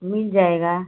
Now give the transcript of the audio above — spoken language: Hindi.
मिल जाएगा